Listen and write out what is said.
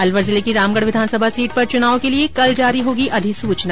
अलवर जिले की रामगढ़ विधानसभा सीट पर चुनाव के लिए कल जारी होगी अधिसूचना